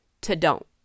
to-don't